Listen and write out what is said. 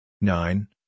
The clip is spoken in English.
nine